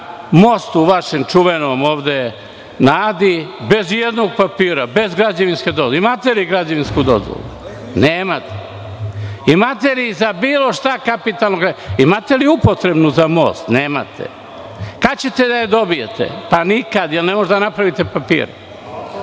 mostu, vašem čuvenom, ovde na Adi, bez i jednog papira, bez građevinske dozvole. Imate li građevinsku dozvolu? Nemate. Imate li za bilo šta, imate li upotrebnu za most? Nemate. Kada ćete da je dobijete? Nikad, jer ne možete da napravite papire.